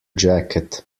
jacket